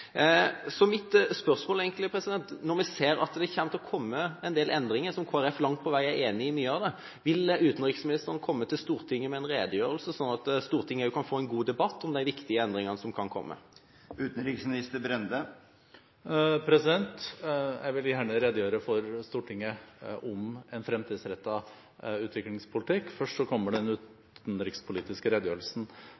Mitt spørsmål er: Når vi ser at det kommer en del endringer, og Kristelig Folkeparti er langt på vei enig i mye av det, vil utenriksministeren komme til Stortinget med en redegjørelse, slik at Stortinget kan få en god debatt om de viktige endringene som kan komme? Jeg vil gjerne redegjøre for Stortinget om en fremtidsrettet utviklingspolitikk. Først kommer den